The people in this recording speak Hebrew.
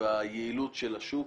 ביעילות של השוק.